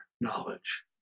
knowledge